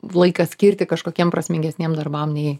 laiką skirti kažkokiem prasmingesniem darbam nei